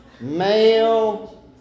Male